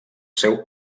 seu